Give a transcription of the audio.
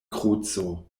kruco